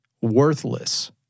worthless